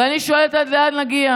ואני שואלת, עד לאן נגיע?